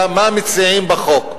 אלא מה מציעים בחוק.